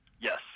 Yes